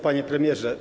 Panie Premierze!